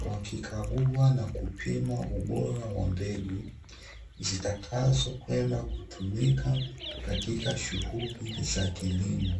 wakikagua na kupima ubora wa mbegu zitakazo kwenda kutumika katika shughuli za kilimo.